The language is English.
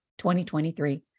2023